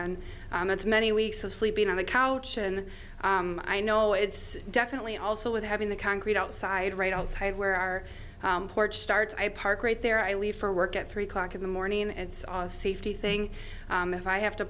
it's many weeks of sleeping on the couch and i know it's definitely also with having the concrete outside right outside where our porch starts i park right there i leave for work at three o'clock in the morning and safety thing if i have to